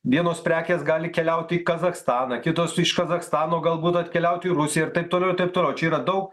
vienos prekės gali keliaut į kazachstaną kitos iš kazachstano galbūt atkeliaut į rusiją ir taip toliau ir taip toliau čia yra daug